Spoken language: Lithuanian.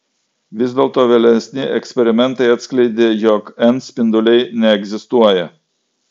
vis dėlto vėlesni eksperimentai atskleidė jog n spinduliai neegzistuoja